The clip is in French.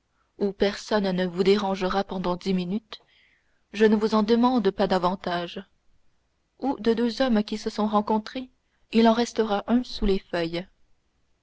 où personne ne vous dérangera pendant dix minutes je ne vous en demande pas davantage où des deux hommes qui se sont rencontrés il en restera un sous les feuilles